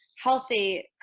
healthy